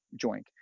joint